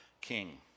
king